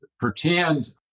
pretend